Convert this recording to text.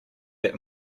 that